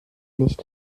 nicht